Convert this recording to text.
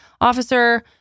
officer